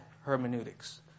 hermeneutics